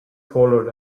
followed